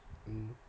mm